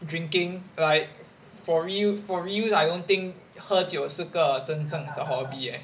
drinking like for you for you I don't think 喝酒是个真正的 hobby eh